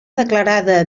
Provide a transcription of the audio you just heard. declarada